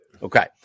Okay